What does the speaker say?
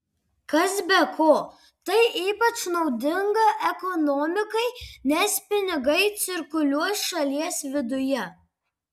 kas be ko tai ypač naudinga ekonomikai nes pinigai cirkuliuos šalies viduje